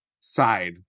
side